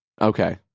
okay